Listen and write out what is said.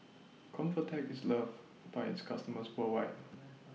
Convatec IS loved By its customers worldwide